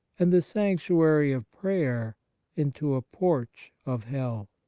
and the sanctuary of prayer into a porch of hell?